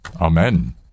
amen